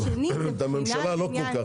את הממשלה לא כל כך.